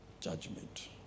judgment